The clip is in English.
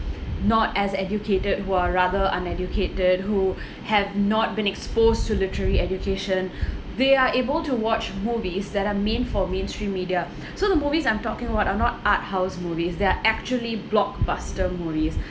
not as educated who are rather uneducated who have not been exposed to literary education they are able to watch movies that are meant for mainstream media so the movies I'm talking about are not art house movies they are actually blockbuster movies